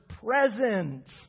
presence